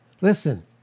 Listen